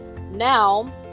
now